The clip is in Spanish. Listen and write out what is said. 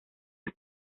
las